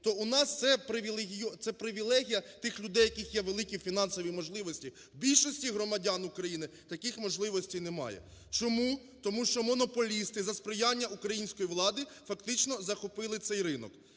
то у нас це привілегія тих людей, в яких є великі фінансові можливості. У більшості громадян України таких можливостей немає. Чому? Тому що монополісти за сприяння української влади фактично захопили цей ринок.